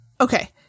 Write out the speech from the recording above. Okay